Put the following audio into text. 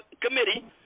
Committee